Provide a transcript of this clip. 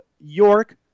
York